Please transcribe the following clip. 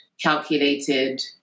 calculated